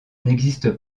n’existe